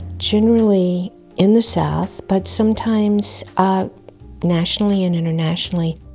generally in the south but sometimes nationally and internationally.